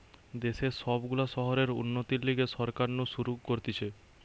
দেশের সব গুলা শহরের উন্নতির লিগে সরকার নু শুরু করতিছে